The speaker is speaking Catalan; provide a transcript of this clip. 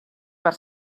per